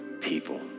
people